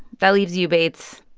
that leaves you, bates.